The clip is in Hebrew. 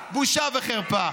בושה וחרפה.